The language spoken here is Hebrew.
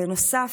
בנוסף,